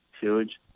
huge